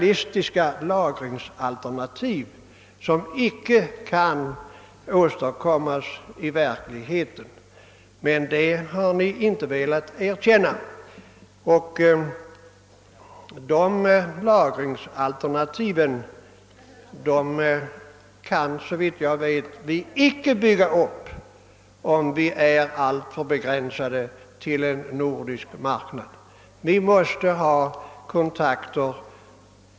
De förutsättningar resonemanget bygger på kan inte åstadkommas i verkligheten, men det har ni inte velat erkänna. Vi kan inte basera vår försörjning på detta lagringsalternativ, om vi är alltför begränsade till en nordisk marknad.